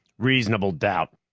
reasonable doubt.